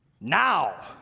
now